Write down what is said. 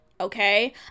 okay